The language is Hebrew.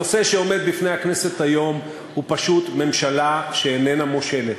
הנושא שעומד בפני הכנסת היום הוא פשוט ממשלה שאיננה מושלת.